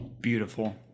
Beautiful